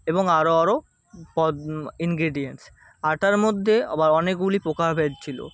এবং আরও আরও পদ ইনগ্রিডিয়েন্টস আটার মধ্যে আবার অনেকগুলি প্রকারভেদ ছিল